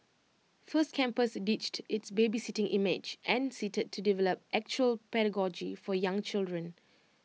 first campus ditched its babysitting image and setted to develop actual pedagogy for young children